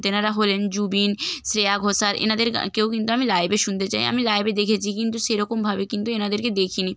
তেনারা হলেন জুবিন শ্রেয়া ঘোষাল এনাদের কেও কিন্তু আমি লাইভে শুনতে চাই আমি লাইভে দেখেছি কিন্তু সেরকমভাবে কিন্তু এনাদেরকে দেখিনি